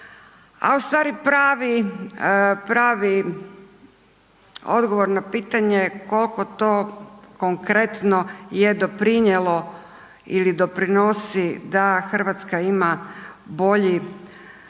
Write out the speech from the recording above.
a u stvari pravi odgovor na pitanje kolko to konkretno je doprinijelo ili doprinosi da RH ima bolji